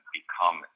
become